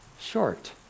short